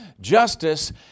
justice